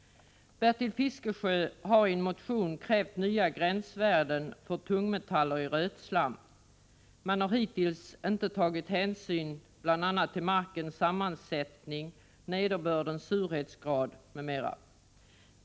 Bertil Fiskesjö har i en motion krävt nya gränsvärden för tungmetaller i rötslam. Man har hittills inte tagit hänsyn till markens sammansättning, nederbördens surhetsgrad m.m.